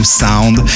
sound